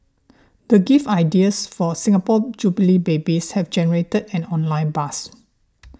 the gift ideas for Singapore Jubilee babies have generated an online buzz